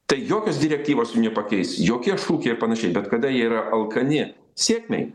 tai jokios direktyvos jų nepakeis jokie šūkiai ar panašiai bet kada jie yra alkani sėkmei